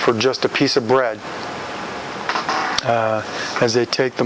for just a piece of bread as they take the